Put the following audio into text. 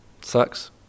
sucks